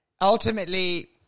Ultimately